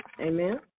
Amen